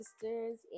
sisters